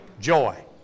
joy